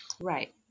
Right